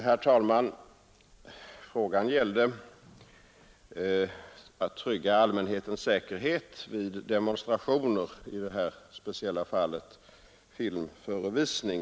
Herr talman! Frågan gällde tryggande av allmänhetens säkerhet vid demonstrationer, i detta speciella fall vid filmförevisning.